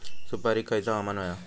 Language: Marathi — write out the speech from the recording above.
सुपरिक खयचा हवामान होया?